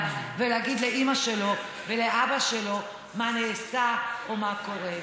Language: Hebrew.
ולהגיד לאימא שלו ולאבא שלו מה נעשה או מה קורה.